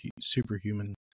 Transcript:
superhuman